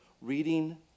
reading